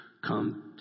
come